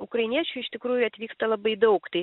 ukrainiečių iš tikrųjų atvyksta labai daug tai